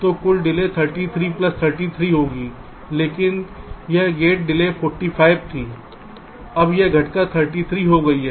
तो कुल delay 33 plus 33 होगी लेकिन यह गेट डिले 45 थी अब यह घटकर 33 हो गई है